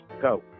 Go